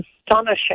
astonishing